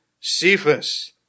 Cephas